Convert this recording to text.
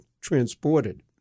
transported